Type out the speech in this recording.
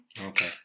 Okay